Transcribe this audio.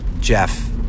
Jeff